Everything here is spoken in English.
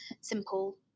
simple